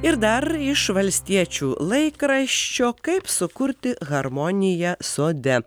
ir dar iš valstiečių laikraščio kaip sukurti harmoniją sode